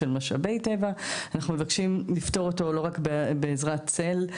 של משאבי טבע ואנחנו מבקשים לפתור אותו לא רק בעזרת צל,